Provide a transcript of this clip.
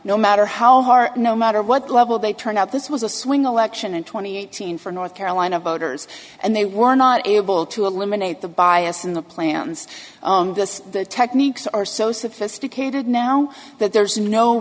no matter how hard no matter what level they turn out this was a swing election and twenty eight hundred for north carolina voters and they were not able to eliminate the bias in the plans the techniques are so sophisticated now that there's no